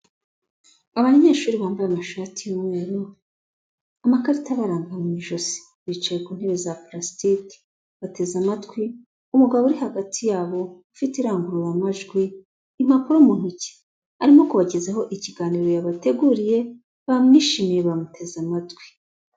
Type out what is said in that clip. Abanyeshuri bambaye amashati y'umweru, amakarita baranga mu ijosi. Bicaye ku ntebe za purastiki bateze amatwi umugabo uri hagati yabo, ufite irangurura majwi, impapuro mu ntoki. Arimo kubagezaho ikiganiro yabateguriye, bamwishimiye bamuteze amatwi.